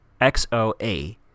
XOA